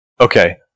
Okay